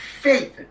faith